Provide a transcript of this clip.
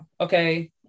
okay